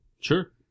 Sure